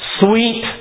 sweet